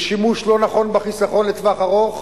לשימוש לא נכון בחיסכון לטווח ארוך.